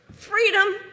Freedom